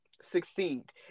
succeed